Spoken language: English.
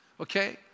Okay